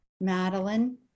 Madeline